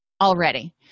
already